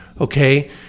okay